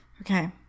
okay